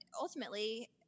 ultimately